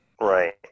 Right